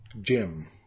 Jim